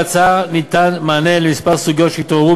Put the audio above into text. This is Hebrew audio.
בהצעה ניתן מענה לכמה סוגיות שהתעוררו